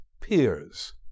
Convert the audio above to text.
peers